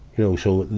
know, so,